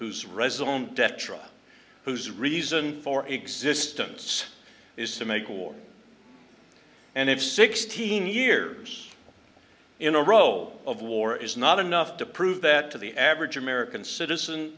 d'tre whose reason for existence is to make war and if sixteen years in a row of war is not enough to prove that to the average american citizen